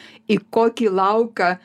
į kokį lauką